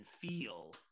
feel